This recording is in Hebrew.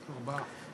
ארבעה.